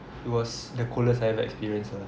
it was the coldest I have experience ah